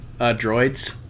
droids